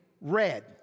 red